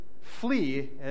flee